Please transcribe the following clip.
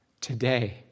today